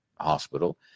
hospital